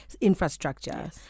infrastructure